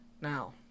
Now